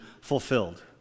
fulfilled